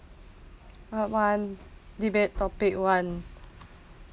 part one debate topic one